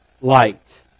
light